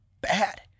bad